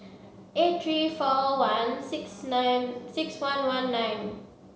eight three four one six nine six one one nine